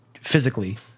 physically